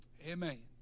Amen